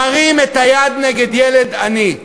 מרים את היד נגד ילד עני.